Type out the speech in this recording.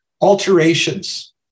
Alterations